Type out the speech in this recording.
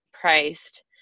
priced